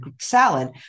salad